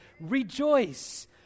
rejoice